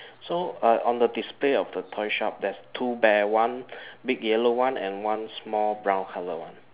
so uh on the display of the toy shop there's two bear one big yellow one and one small brown color one